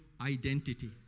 identity